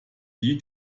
die